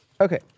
Okay